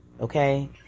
okay